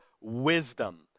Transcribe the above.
wisdom